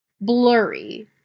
blurry